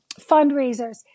fundraisers